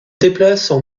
déplacent